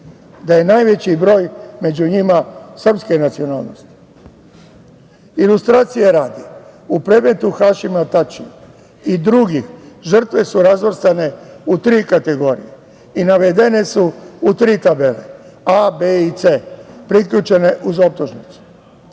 da je najveći broj među njima srpske nacionalnosti. Ilustracije radi, u predmetu Hašima Tačija i drugih žrtve su razvrstane u tri kategorije i navedene su u tri tabele, a, b i c, priključene uz optužnicu.U